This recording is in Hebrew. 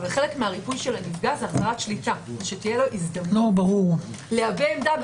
אבל חלק מריפוי הנפגע זה העברת שליטה - שתהיה לו הזדמנות להביע עמדה.